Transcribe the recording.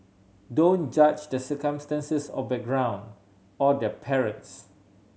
don't judge the circumstances or background or their parents